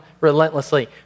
relentlessly